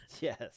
Yes